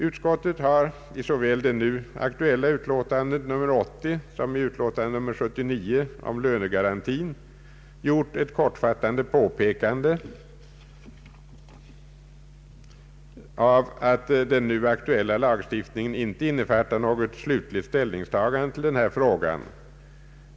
Utskottet har såväl i det nu behandlade utlåtandet nr 80 som i utlåtande nr 79 om lönegarantin gjort ett kortfattat påpekande om att den aktuella lagstiftningen inte innefattar något slutligt ställningstagande till denna fråga.